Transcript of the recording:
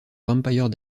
vampire